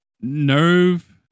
nerve